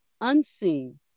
unseen